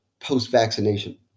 post-vaccination